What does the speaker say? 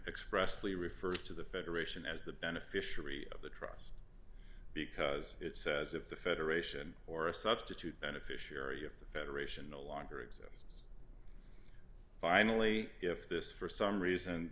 expressly refers to the federation as the beneficiary of the trust because it says if the federation or a substitute beneficiary of the federation no longer exists finally if this for some reason